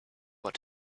what